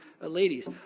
ladies